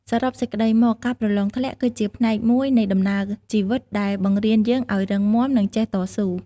សរុបសេចក្ដីមក ការប្រឡងធ្លាក់ គឺជាផ្នែកមួយនៃដំណើរជីវិតដែលបង្រៀនយើងឲ្យរឹងមាំ និងចេះតស៊ូ។